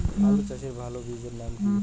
আলু চাষের ভালো বীজের নাম কি?